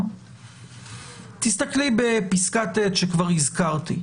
תסתכלי בפסקה (ט) שכבר הזכרתי.